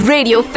Radio